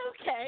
okay